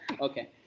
okay